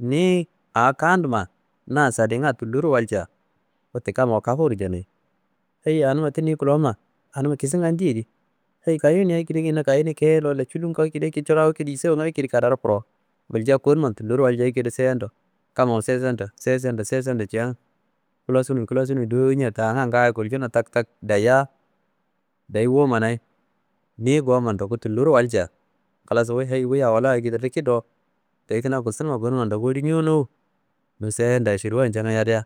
niyi a kaduma na sadiyinga tulloro walcia kammaro kafuro jenuyi heyi anumma ti niyi koloma anumma kisinga ndedi? Heyi kayowuniya ekediekedina kayowuniya kedo walla culumdo ekediekedi coro ekedi yusawunga ekedi kadaro koro gulcia konumman tulloro walcia ekedo sendo, kammawa sesendo sesendo jaan kulasunidowo ña ta anga ngayo gulcuno taktako dayiya dayi wumanayi nikyi gomma ndaku tulloro walciya halas wuyi heyi awo la ekedi rikidowo deyi kina kustunumma konumma ndaku ñowunowu niyi sendo aširwan jenuwu yadia